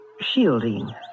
shielding